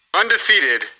undefeated